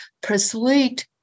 persuade